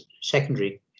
secondary